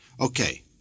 Okay